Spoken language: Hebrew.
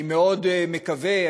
אני מאוד מקווה,